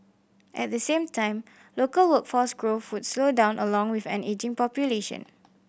at the same time local workforce growth would slow down along with an ageing population